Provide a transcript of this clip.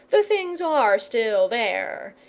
the things are still there,